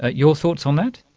ah your thoughts on that?